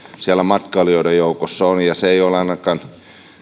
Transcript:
siellä matkailijoiden joukossa on ja se ei ole ainakaan